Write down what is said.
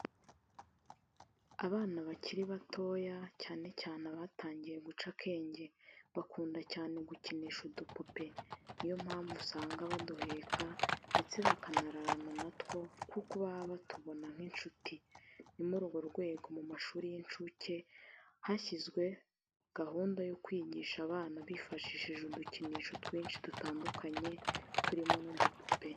Abana bakiri batoya cyane cyane abatangiye guca akenge bakunda cyane gukinisha udupupe ni yo mpamvu usanga baduheka ndetse bakanararana na two kuko baba batubona nk'inshuti, ni muri urwo rwego mu mashuri y'incuke hashyizwe hagunda yo kwigisha abana bifashishije udukinisho twinshi dutandukanye turimo n'udupupe.